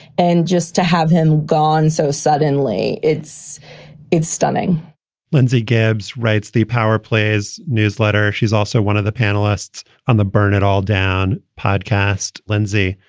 and just to have him gone so suddenly, it's it's stunning lindsey gabs writes the power players newsletter. she's also one of the panelists on the burn it all down podcast. lindsey,